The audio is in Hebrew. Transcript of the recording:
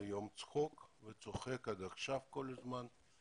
יום הצחוק ועד עכשיו כל הזמן אני צוחק.